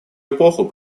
эпоху